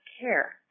care